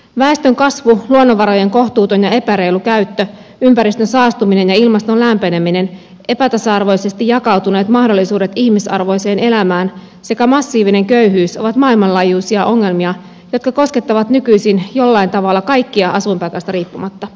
väestönkasvu luonnonvarojen kohtuuton ja epäreilu käyttö ympäristön saastuminen ja ilmaston lämpeneminen epätasa arvoisesti jakautuneet mahdollisuudet ihmisarvoiseen elämään sekä massiivinen köyhyys ovat maailmanlaajuisia ongelmia jotka koskettavat nykyisin jollain tavalla kaikkia asuinpaikasta riippumatta